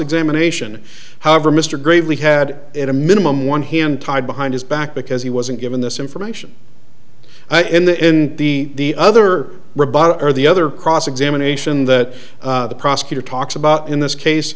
examination however mr gravely had at a minimum one hand tied behind his back because he wasn't given this information in the end the other or the other cross examination that the prosecutor talks about in this case